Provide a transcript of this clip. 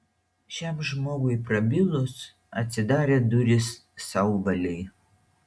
šiam žmogui prabilus atsidarė durys sauvalei